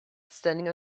standing